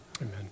Amen